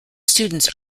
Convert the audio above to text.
students